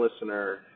listener